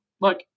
Look